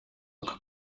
uko